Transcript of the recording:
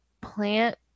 plant